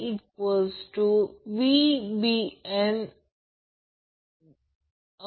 तर आता हे लाइन व्होल्टेज आहे Vab हे लाइन व्होल्टेज आहे Vab फेज व्होल्टेजला अँगल 30° ने लीड करतो